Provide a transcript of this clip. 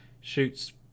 shoots